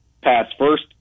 pass-first